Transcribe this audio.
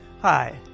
Hi